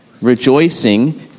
rejoicing